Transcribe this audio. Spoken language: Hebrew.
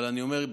אבל אני אומר: